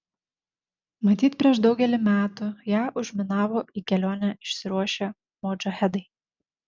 matyt prieš daugelį metų ją užminavo į kelionę išsiruošę modžahedai